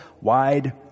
wide